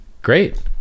Great